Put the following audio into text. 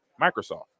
Microsoft